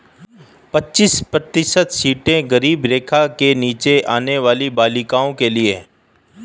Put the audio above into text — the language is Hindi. पच्चीस प्रतिशत सीटें गरीबी रेखा के नीचे आने वाली बालिकाओं के लिए है